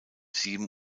sieben